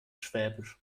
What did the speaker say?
schwäbisch